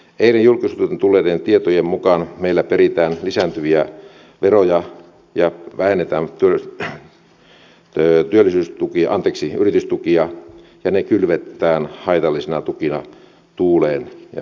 eilen julkisuuteen tulleiden tietojen mukaan meillä peritään lisääntyviä veroja ja vähennetään yritystukia ja ne kylvetään haitallisina tukina tuuleen ja merelle